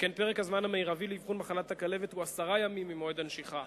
שכן פרק הזמן המרבי לאבחון מחלת הכלבת הוא עשרה ימים ממועד הנשיכה.